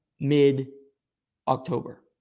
mid-October